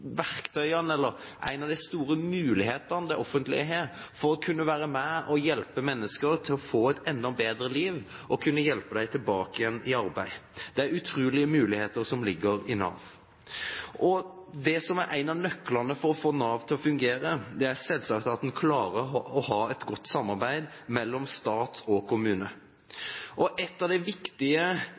verktøyene, eller en av de store mulighetene, det offentlige har til å kunne være med og hjelpe mennesker til å få et enda bedre liv og hjelpe dem tilbake i arbeid. Det er utrolige muligheter som ligger i Nav. Det som er én av nøklene til å få Nav til å fungere, er selvsagt at man klarer å ha et godt samarbeid mellom stat og kommune. Ett av de viktige